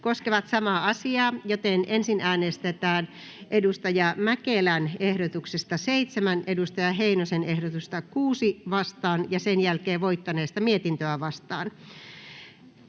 koskevat samaa määrärahaa, joten ensin äänestetään Timo Heinosen ehdotuksesta 26 Lulu Ranteen ehdotusta 25 vastaan ja sen jälkeen voittaneesta mietintöä vastaan.